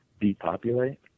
depopulate